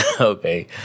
okay